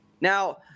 Now